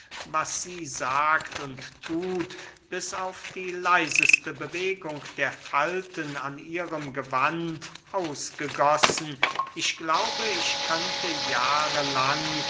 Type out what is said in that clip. was sie sagt und thut bis auf die leiseste bewegung der falten an ihrem gewand ausgegossen ich glaube ich könnte jahre lang